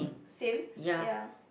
same ya